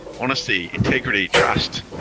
honesty, integrity, trust.